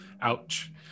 Ouch